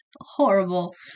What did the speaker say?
horrible